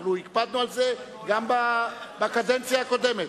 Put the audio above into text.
אנחנו הקפדנו על זה גם בקדנציה הקודמת.